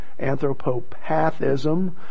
anthropopathism